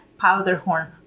Powderhorn